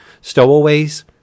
stowaways